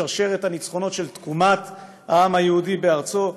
שרשרת הניצחונות של תקומת העם היהודי בארצו,